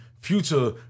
future